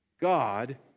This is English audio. God